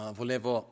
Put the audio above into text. volevo